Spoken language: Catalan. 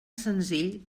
senzill